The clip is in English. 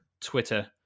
Twitter